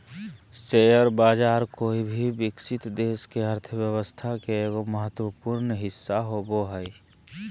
share बाज़ार कोय भी विकसित देश के अर्थ्व्यवस्था के एगो महत्वपूर्ण हिस्सा होबो हइ